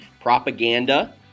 Propaganda